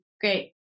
great